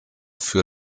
für